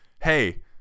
hey